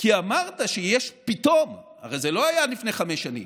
כי אמרת שיש פתאום, הרי זה לא היה לפני חמש שנים,